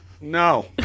No